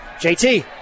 JT